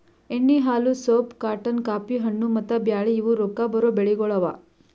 ಎಣ್ಣಿ, ಹಾಲು, soap, cotton, coffee, ಹಣ್ಣು, ಮತ್ತ ಬ್ಯಾಳಿ ಇವು ರೊಕ್ಕಾ ಬರೋ ಬೆಳಿಗೊಳ್ ಅವಾ